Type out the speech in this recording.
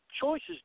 choices